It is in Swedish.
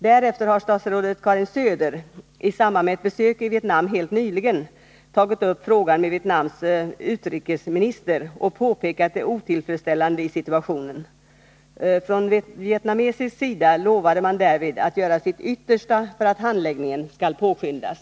Därefter har statsrådet Söder, i samband med ett besök i Vietnam helt nyligen, tagit upp frågan med Vietnams utrikesminister och påpekat det otillfredsställande i situationen. Från vietnamesisk sida lovade man därvid att göra sitt yttersta för att handläggningen skall påskyndas.